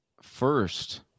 first